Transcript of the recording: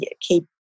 keep